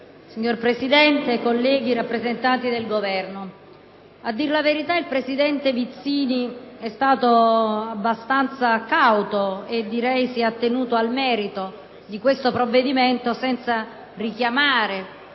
Signor Presidente, colleghi, rappresentanti del Governo, a dir la verità il presidente Vizzini è stato abbastanza cauto: si è attenuto al merito di questo provvedimento senza richiamare